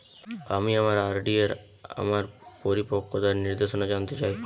আমি আমার আর.ডি এর আমার পরিপক্কতার নির্দেশনা জানতে চাই